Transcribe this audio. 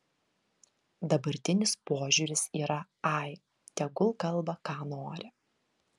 dabartinis požiūris yra ai tegul kalba ką nori